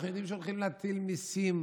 אנחנו יודעים שהולכים להטיל מיסים